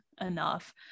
enough